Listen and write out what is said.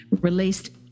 released